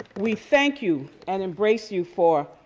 we thank you and embrace you for